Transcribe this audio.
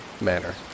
manner